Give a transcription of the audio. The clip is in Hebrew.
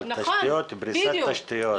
על פריסת תשתיות.